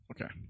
Okay